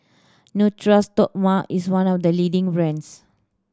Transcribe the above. Natura Stoma is one of the leading brands